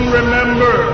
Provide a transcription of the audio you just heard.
remember